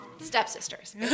Stepsisters